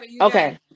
Okay